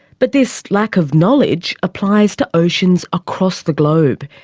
but this lack of knowledge applies to oceans across the globe,